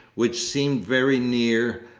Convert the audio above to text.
which seemed very near,